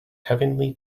heavenly